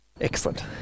Excellent